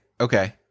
Okay